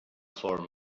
form